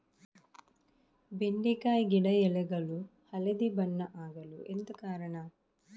ಬೆಂಡೆಕಾಯಿ ಗಿಡ ಎಲೆಗಳು ಹಳದಿ ಬಣ್ಣದ ಆಗಲು ಎಂತ ಕಾರಣ?